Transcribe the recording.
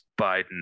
Biden